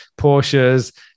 Porsches